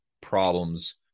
problems